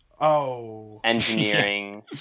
engineering